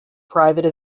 private